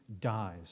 dies